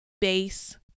base